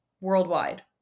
worldwide